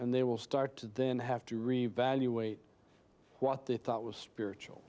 and they will start to then have to revaluate what they thought was spiritual